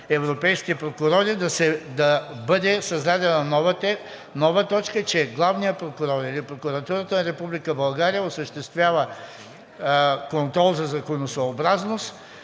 европейските прокурори, да бъде създадена нова точка, че главният прокурор или Прокуратурата на Република България осъществява контрол за законосъобразност